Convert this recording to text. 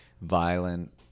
Violent